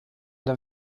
der